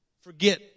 forget